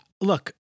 look